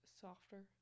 softer